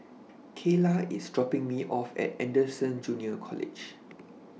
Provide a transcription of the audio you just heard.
Kaela IS dropping Me off At Anderson Junior College